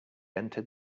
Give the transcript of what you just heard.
entered